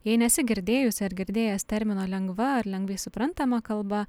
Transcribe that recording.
jei nesi girdėjusi ar girdėjęs termino lengva ar lengvai suprantama kalba